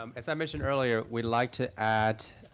um as i mentioned earlier, we'd like to add